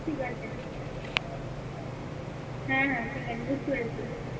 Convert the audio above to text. ঠিক আছে হ্যাঁ হ্যাঁ ঠিক আছে বুঝতে পেরেছি